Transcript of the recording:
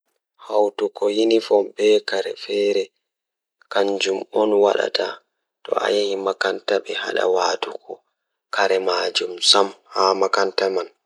Eey, ko fiyaangu ngal, sabu fur waawi hokkude teddungal e nguurndam, ko teddungal e rewɓe kadi. Kadi, fur ngoodi njifti ɓe waɗi e hoore kadi sabu ɓe waawi jaɓɓude sabu heɓɓude teddungal ngal